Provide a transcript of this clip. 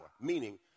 Meaning